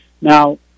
Now